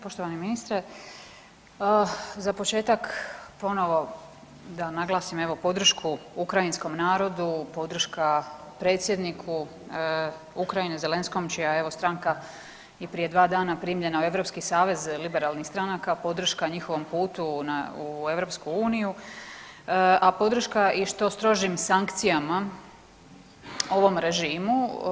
Poštovani ministre, za početak ponovo da naglasim evo podršku ukrajinskom narodu, podrška predsjedniku Ukrajine Zelenskom čija je evo stranka i prije dva dana primljena u Europski savez liberalnih stranaka podrška njihovom putu u EU a podrška i što strožim sankcijama ovom režimu.